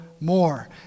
more